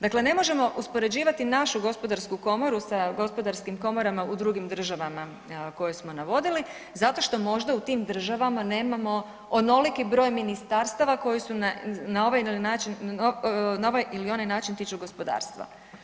Dakle, ne možemo uspoređivati našu gospodarsku komoru sa gospodarskim komorama u drugim državama koje smo navodili zato što možda u tim državama nemamo onoliki broj ministarstava koji su na ovaj ili onaj način tiču gospodarstva.